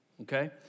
Okay